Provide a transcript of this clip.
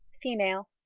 female.